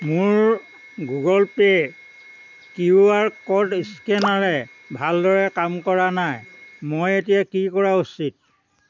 মোৰ Google pay Q R code স্কেনাৰে ভালদৰে কাম কৰা নাই মই এতিয়া কি কৰা উচিত